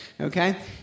okay